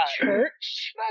Church